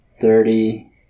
thirty